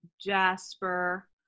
Jasper